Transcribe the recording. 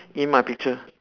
in my picture